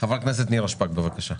חברת הכנסת נירה שפק, בבקשה.